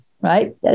right